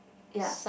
ya